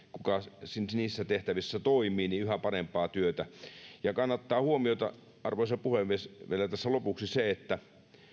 kuka niissä tehtävissä toimii yhä parempaa työtä kannattaa huomioida arvoisa puhemies vielä tässä lopuksi se että